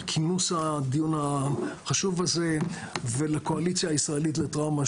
על כינוס הדיון החשוב הזה ולקואליציה הישראלית לטראומה,